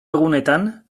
egunetan